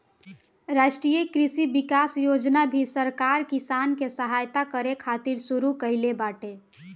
राष्ट्रीय कृषि विकास योजना भी सरकार किसान के सहायता करे खातिर शुरू कईले बाटे